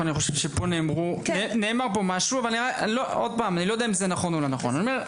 נאמרו דברים, אני לא יודע אם זה נכון, או לא נכון.